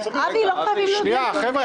אבי, לא חייבים להודיע.